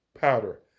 powder